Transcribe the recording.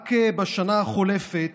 רק בשנה החולפת